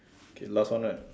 give laugh on that